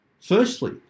Firstly